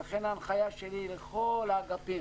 ולכן ההנחיה שלי לכל האגפים,